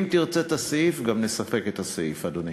אם תרצה את הסעיף, גם נספק את הסעיף, אדוני.